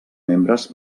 membres